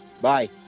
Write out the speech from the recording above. Bye